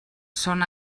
són